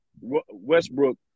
Westbrook